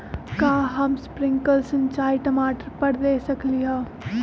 का हम स्प्रिंकल सिंचाई टमाटर पर दे सकली ह?